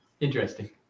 Interesting